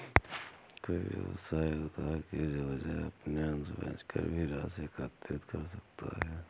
कोई व्यवसाय उधार की वजह अपने अंश बेचकर भी राशि एकत्रित कर सकता है